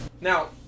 now